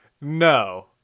No